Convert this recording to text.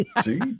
See